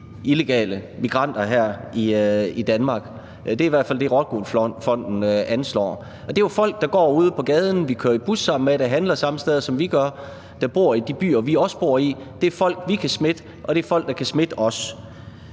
illegale migranter her i Danmark. Det er hvert fald det, ROCKWOOL Fonden anslår, og det er jo folk, der går ude på gaden, og som vi kører i bus sammen med, og som handler de samme steder, som vi gør, og som bor i de byer, vi også bor i. Det er folk, vi kan smitte, og det er folk, der kan smitte os.